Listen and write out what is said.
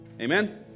Amen